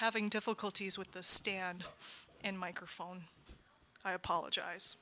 having difficulty as with the stand and microphone i apologize